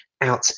out